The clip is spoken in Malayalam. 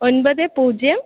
ഒൻപത് പൂജ്യം